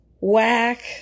Whack